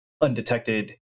undetected